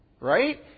Right